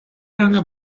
lange